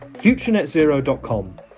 futurenetzero.com